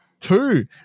Two